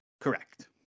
Correct